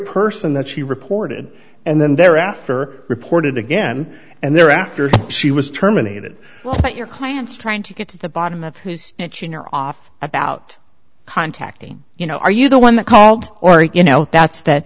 person that she reported and then thereafter reported again and there after she was terminated that your client's trying to get to the bottom of his chin or off about contacting you know are you the one that called or you know that's that